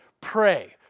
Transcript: Pray